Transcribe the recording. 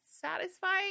satisfying